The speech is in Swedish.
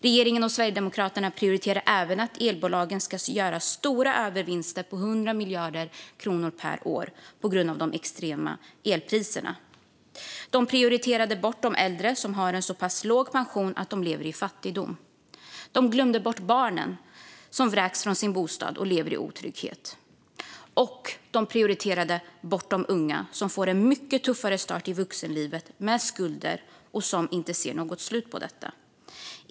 Regeringen och Sverigedemokraterna prioriterade även att elbolagen ska göra stora övervinster på 100 miljarder kronor per år på grund av de extrema elpriserna. De prioriterade bort de äldre som har en så låg pension att de lever i fattigdom. De glömde bort barnen som vräks från sin bostad och lever i otrygghet. De prioriterade bort de unga som får en mycket tuffare start i vuxenlivet med skulder och som inte ser något slut på detta.